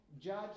judge